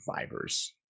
survivors